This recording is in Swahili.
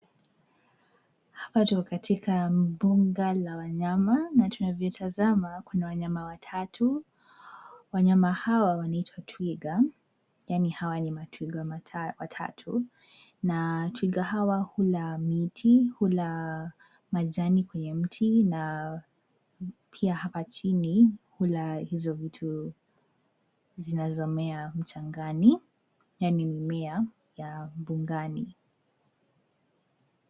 Hapa tuko katika mbuga la wanyama na tunavyotazama, kuna wanayama watatu, wanayama hawa waitwa twiga, yaani hawa ni matwiga watatu na twiga hawa hula miti , hula majani kwenye mti na pia hapa chini hula hizo vitu zinazomea mchangani , yaani mimea ya mbugani .